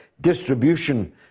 distribution